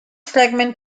fragment